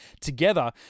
together